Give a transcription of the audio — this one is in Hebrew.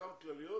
וחלקן כלליות,